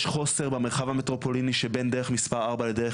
יש חוסר במרחב המטרופוליני שבין דרך מספר 4 לדרך